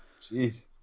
jeez